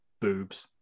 Boobs